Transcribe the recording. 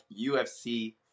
UFC